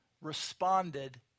responded